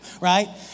Right